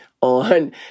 on